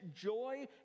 joy